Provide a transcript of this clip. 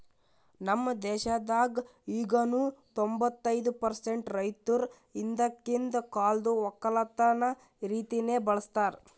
ನಮ್ ದೇಶದಾಗ್ ಈಗನು ತೊಂಬತ್ತೈದು ಪರ್ಸೆಂಟ್ ರೈತುರ್ ಹಿಂದಕಿಂದ್ ಕಾಲ್ದು ಒಕ್ಕಲತನ ರೀತಿನೆ ಬಳ್ಸತಾರ್